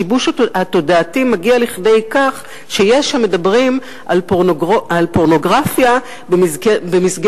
השיבוש התודעתי הזה מגיע לידי כך שיש המדברים על פורנוגרפיה במסגרת